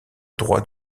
droit